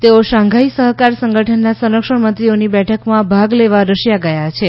તેઓ શાંઘાઇ સહકાર સંગઠનના સંરક્ષણ મંક્ષીઓની બેઠકમાં ભાગ લેવા રશિયા ગયા છે